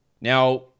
Now